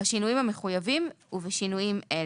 בשינויים המחויבים ובשינויים אלה: